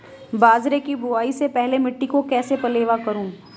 बाजरे की बुआई से पहले मिट्टी को कैसे पलेवा करूं?